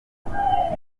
mushya